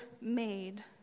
made